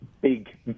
big